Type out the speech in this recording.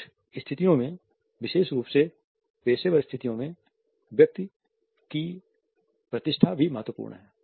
कुछ स्थितियों में विशेष रूप से पेशेवर स्थितियों में व्यक्ति की प्रतिष्ठा भी महत्वपूर्ण है